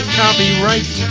copyright